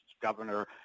governor